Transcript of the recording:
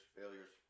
failures